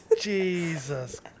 Jesus